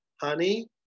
honey